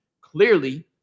Clearly